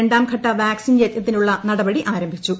രണ്ടാം ഘട്ട വാക്സിൻ യിജ്ഞത്തിനുള്ള നടപടി ആരംഭിച്ചു